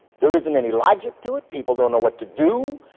there isn't any logic to it. people don't know what to do.